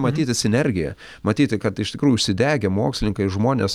matyti sinergiją matyti kad iš tikrųjų užsidegę mokslininkai žmonės